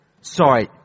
Sorry